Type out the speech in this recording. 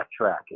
backtracking